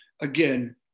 again